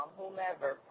whomever